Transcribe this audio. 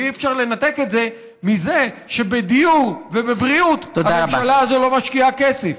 ואי-אפשר לנתק את זה מזה שבדיור ובבריאות הממשלה הזו לא משקיעה כסף.